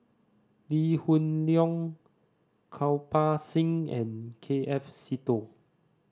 Lee Hoon Leong Kirpal Singh and K F Seetoh